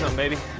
so baby.